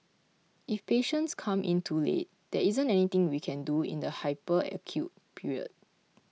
if patients come in too late there isn't anything we can do in the hyper acute period